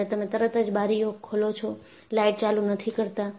ત્યારે તમે તરત બારીઓ ખોલો છો લાઇટ ચાલુ નથી કરતા